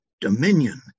dominion